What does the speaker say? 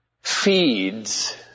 feeds